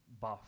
buff